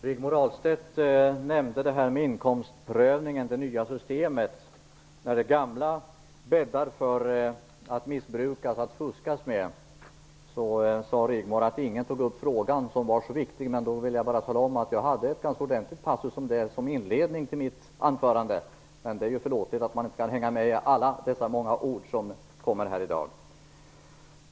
Herr talman! Rigmor Ahlstedt nämnde inkomstprövningen och det nya systemet - det gamla bäddar för missbruk och fusk. Rigmor Ahlstedt sade att ingen tog upp den viktiga frågan. Jag vill då bara säga att jag hade en ganska ordentlig passus om det som inledning i mitt anförande. Det är emellertid förlåtligt om man inte kan hänga med på alla många ord som sägs här i dag.